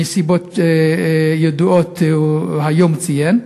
מסיבות ידועות, היום הוא ציין.